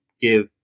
give